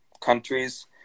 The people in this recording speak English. countries